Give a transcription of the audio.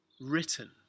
written